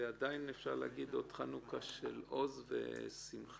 עדיין אפשר עוד להגיד חנוכה של עוז ושמחה.